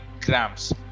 grams